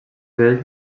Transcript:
ell